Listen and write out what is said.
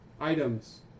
items